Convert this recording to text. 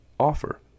Offer